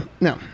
no